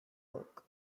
work